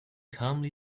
calmly